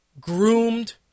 groomed